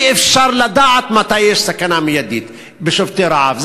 אי-אפשר לדעת מתי יש סכנה מיידית אצל שובתי רעב.